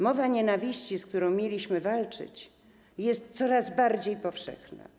Mowa nienawiści, z którą mieliśmy walczyć, jest coraz bardziej powszechna.